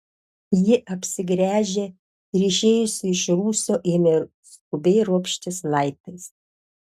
ji apsigręžė ir išėjusi iš rūsio ėmė skubiai ropštis laiptais